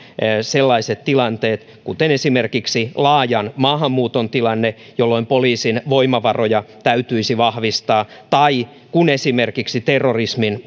sellaiset tilanteet kuten esimerkiksi laajan maahanmuuton tilanne jolloin poliisin voimavaroja täytyisi vahvistaa tai kun esimerkiksi terrorismin